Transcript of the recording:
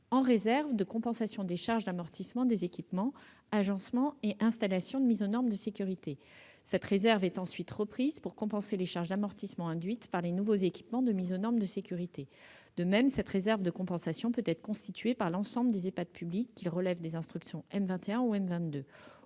en réserve de compensation des charges d'amortissement des équipements, agencements et installations de mise aux normes de sécurité. Cette réserve est ensuite reprise pour compenser les charges d'amortissement induites par les nouveaux équipements de mise aux normes de sécurité. De même, cette réserve de compensation peut être constituée par l'ensemble des Ehpad publics, qu'ils relèvent des instructions M21 ou M22.